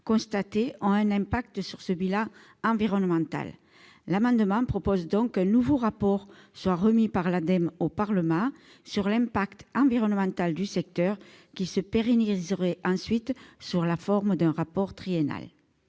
autocars ont un impact sur ce bilan environnemental. Cet amendement vise à prévoir qu'un nouveau rapport soit remis par l'Ademe au Parlement sur l'impact environnemental du secteur. Il se pérenniserait ensuite sous la forme d'un rapport triennal.